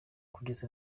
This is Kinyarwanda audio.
kugeza